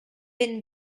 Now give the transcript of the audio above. been